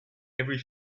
every